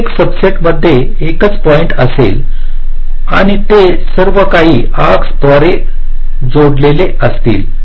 प्रत्येक subset मध्ये एकच पॉईंट्स असेल आणि ते सर्व काही आर्क द्वारे जोडलेले असतील